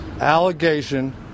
allegation